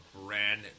brand